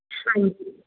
ਹਾਂਜੀ